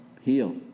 heal